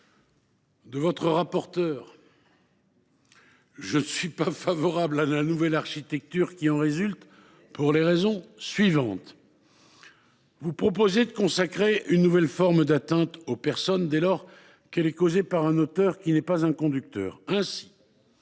ça comme ça !… je ne suis pas favorable à la nouvelle architecture qui en résulte. Vous proposez de consacrer une nouvelle forme d’atteinte aux personnes, dès lors qu’elle est causée par un auteur qui n’est pas un conducteur. Ainsi